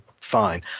fine